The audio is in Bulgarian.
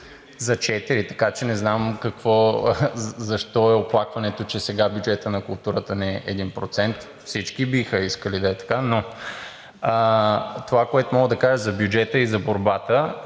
е, така че не знам защо е оплакването, че сега бюджетът на културата е 1%. Всички биха искали да е така. Това, което мога да кажа за бюджета и за борбата,